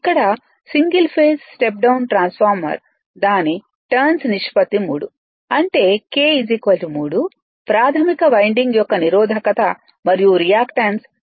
ఇక్కడ single phase step down transformer దాని turns నిష్పత్తి 3 అంటే k 3 ప్రాధమిక వైండింగ్ యొక్క నిరోధకత మరియు రియాక్టన్స్ 1